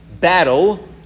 battle